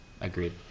Agreed